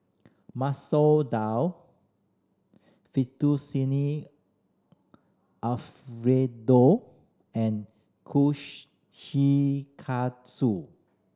Masoor Dal Fettuccine Alfredo and Kushikatsu